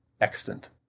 extant